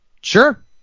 Sure